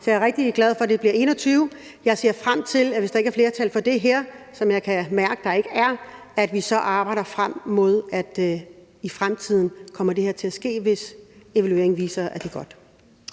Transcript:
Jeg er rigtig glad for, at det bliver i 2021. Jeg ser frem til, at vi – hvis der ikke er flertal for det her, hvilket jeg kan mærke at der ikke er – så arbejder frem mod, at det her kommer til at ske i fremtiden, hvis evalueringen viser, at det er godt.